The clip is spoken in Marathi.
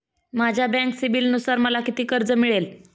माझ्या बँक सिबिलनुसार मला किती कर्ज मिळेल?